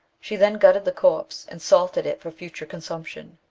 she then gutted the corpse, and salted it for future consumption.